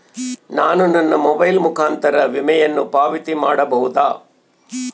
ನಾನು ನನ್ನ ಮೊಬೈಲ್ ಮುಖಾಂತರ ವಿಮೆಯನ್ನು ಪಾವತಿ ಮಾಡಬಹುದಾ?